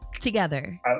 Together